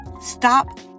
stop